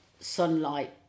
sunlight